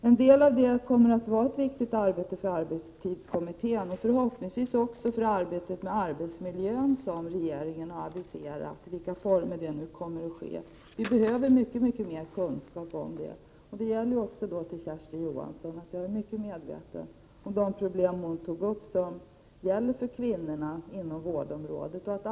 En del av dessa frågor kommer att tas upp i arbetstidskommittén och förhoppningsvis också i den utredning om arbetsmiljön som regeringen har aviserat — vilka former den nu kommer att få. Vi behöver mycket mer kunskap i dessa frågor. Det gäller också som svar till Kersti Johansson. Jag är mycket medveten om de problem som kvinnorna på vårdområdet har och som Kersti Johansson tog upp.